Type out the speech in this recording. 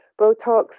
botox